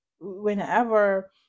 whenever